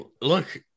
Look